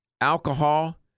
alcohol –